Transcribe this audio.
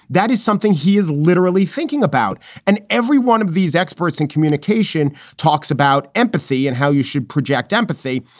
that is something he is literally thinking about. and every one of these experts in communication talks about empathy and how you should project empathy.